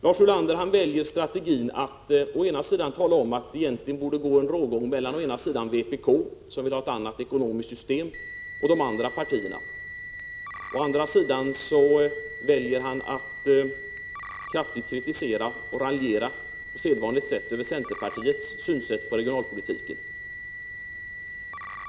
Lars Ulander väljer strategin att å ena sidan tala om att det egentligen borde gå en rågång mellan vpk, som vill ha ett annat ekonomiskt system, och de andra partierna. Å andra sidan kritiserar han kraftigt och raljerar på sedvanligt sätt över centerpartiets syn på regionalpolitiken.